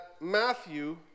Matthew